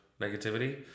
negativity